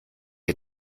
ihr